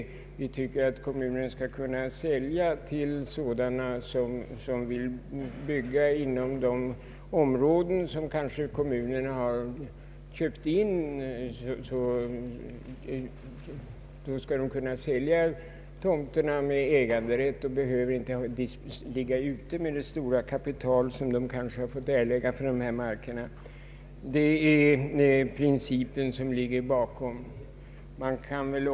Enligt vår uppfattning skall kommunen kunna sälja tomt med äganderätt till sådana som vill bygga. På så sätt behöver kommunerna inte ligga ute med det stora kapital de kanske fått erlägga för marken. Det är den principen som ligger bakom vårt ställningstagande.